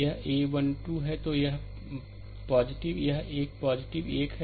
यह a1 2 तो यह एक यह एक है